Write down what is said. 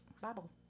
Bible